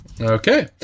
Okay